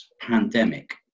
pandemic